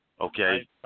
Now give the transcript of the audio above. Okay